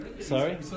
Sorry